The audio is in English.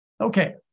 Okay